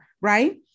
right